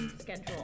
schedule